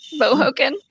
bohoken